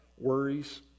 worries